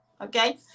okay